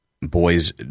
boys